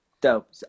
Dope